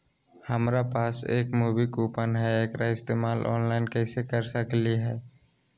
हमरा पास एक मूवी कूपन हई, एकरा इस्तेमाल ऑनलाइन कैसे कर सकली हई?